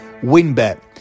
Winbet